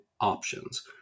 options